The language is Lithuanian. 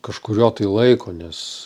kažkurio tai laiko nes